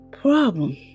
problem